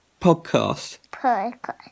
Podcast